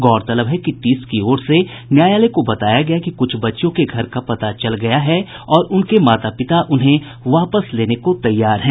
गौरतलब है कि टिस की ओर से न्यायालय को बताया गया कि कुछ बच्चियों के घर का पता चल गया है और उनके माता पिता उन्हें वापस लेने को तैयार हैं